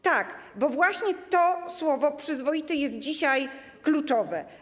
Tak, bo właśnie to słowo ˝przyzwoity˝ jest dzisiaj kluczowe.